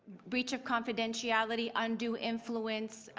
breach of confidentality, undue influence.